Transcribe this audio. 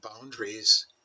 boundaries